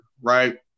right